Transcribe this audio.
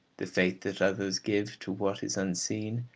the faith that others give to what is unseen,